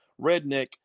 redneck